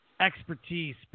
expertise